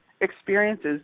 experiences